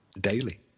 daily